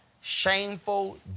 shameful